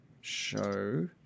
show